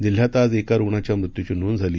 जिल्ह्यात आज एका रुग्णाच्या मृत्यूची नोंद झाली